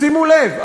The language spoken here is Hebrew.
שימו לב,